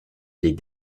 les